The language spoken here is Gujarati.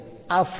આ ફ્રેમ છે